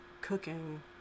cooking